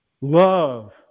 love